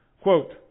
Quote